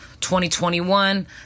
2021